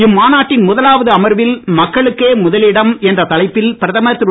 இம்மாநாட்டின் முதலாவது அமர்வில் மக்களுக்கே முதலிடம் என்ற தலைப்பில் பிரதமர் திரு